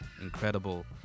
incredible